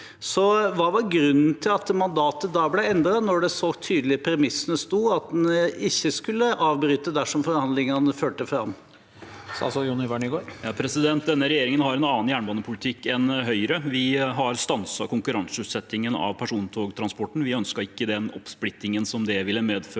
Hva var grunnen til at mandatet ble endret, når det sto så tydelig i premisset at en ikke skulle avbryte dersom forhandlingene førte fram? Statsråd Jon-Ivar Nygård Denne regjer- ingen har en annen jernbanepolitikk enn Høyre. Vi har stanset konkurranseutsettingen av persontogtransporten. Vi ønsket ikke den oppsplittingen som det ville medføre,